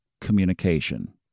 communication